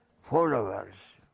followers